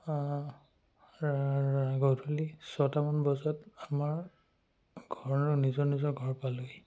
ৰা গধূলি ছটামান বজাত আমাৰ ঘৰৰ নিজৰ নিজৰ ঘৰ পালোঁহি